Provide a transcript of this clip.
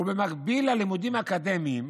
ובמקביל ללימודים האקדמיים"